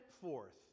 forth